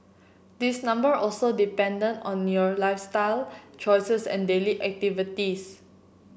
this number also dependent on your lifestyle choices and daily activities